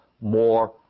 more